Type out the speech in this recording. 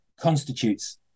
constitutes